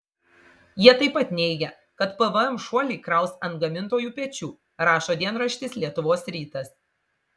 jie taip pat neigia kad pvm šuolį kraus ant gamintojų pečių rašo dienraštis lietuvos rytas